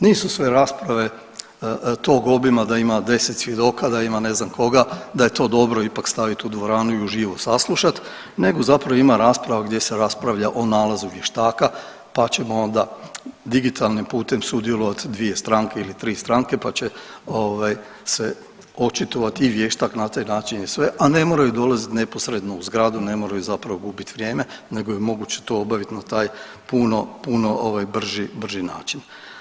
Nisu sve rasprave tog obima da ima 10 svjedoka, da ima ne znam koga, da je to dobro ipak stavit u dvoranu i uživo saslušat nego zapravo ima rasprava gdje se raspravlja o nalazu vještaka, pa ćemo onda digitalnim putem sudjelovat dvije stranke ili tri stranke pa će očitovati i vještak na taj način i sve, a ne moraju dolaziti neposredno u zgradu, ne moraju zapravo gubit vrijeme nego je moguće to obaviti na taj puno, puno brži način.